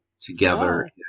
together